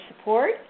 support